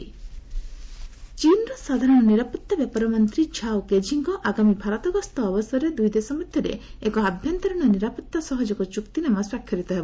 Indo China security ଚୀନର ସାଧାରଣ ନିରାପତ୍ତା ବ୍ୟାପାର ମନ୍ତ୍ରୀ ଝାଓ କେଝିଙ୍କ ଆଗାମୀ ଭାରତ ଗସ୍ତ ଅବସରରେ ଦୁଇଦେଶ ମଧ୍ୟରେ ଏକ ଆଭ୍ୟନ୍ତରୀଣ ନିରାପତ୍ତା ସହଯୋଗ ଚୁକ୍ତିନାମା ସ୍ୱାକ୍ଷରିତ ହେବ